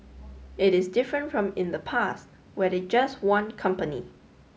it is different from in the past where they just want company